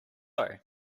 what